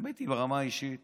האמת היא, ברמה האישית